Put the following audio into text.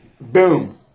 Boom